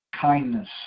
kindness